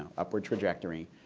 upward trajectory.